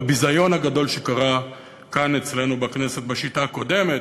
בביזיון הגדול שקרה כאן אצלנו בכנסת בשיטה הקודמת.